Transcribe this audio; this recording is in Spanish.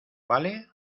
vale